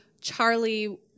Charlie